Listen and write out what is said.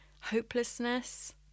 hopelessness